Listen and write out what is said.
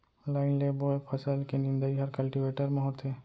line ले बोए फसल के निंदई हर कल्टीवेटर म होथे